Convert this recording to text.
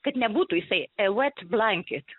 kad nebūtų jisai a wet blanket